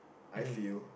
I feel